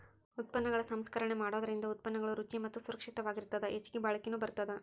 ಉತ್ಪನ್ನಗಳ ಸಂಸ್ಕರಣೆ ಮಾಡೋದರಿಂದ ಉತ್ಪನ್ನಗಳು ರುಚಿ ಮತ್ತ ಸುರಕ್ಷಿತವಾಗಿರತ್ತದ ಹೆಚ್ಚಗಿ ಬಾಳಿಕೆನು ಬರತ್ತದ